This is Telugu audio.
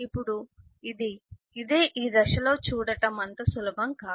ఇప్పుడు ఇది ఇదే ఈ దశలో చూడటం అంత సులభం కాదు